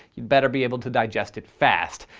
you'd better be able to digest it fast.